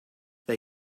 they